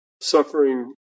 suffering